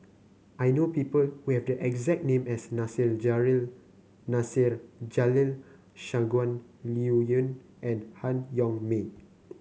I know people who have the exact name as Nasir Jalil Nasir Jalil Shangguan Liuyun and Han Yong May